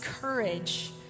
courage